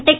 tech